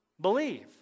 believe